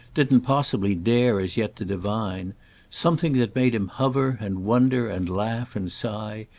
didn't possibly dare as yet to divine something that made him hover and wonder and laugh and sigh,